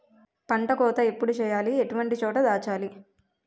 పంట కోత ఎప్పుడు చేయాలి? ఎటువంటి చోట దాచాలి?